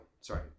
Sorry